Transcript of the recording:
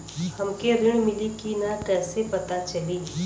हमके ऋण मिली कि ना कैसे पता चली?